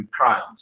crimes